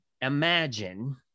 Imagine